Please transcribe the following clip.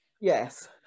Yes